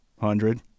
hundred